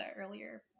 earlier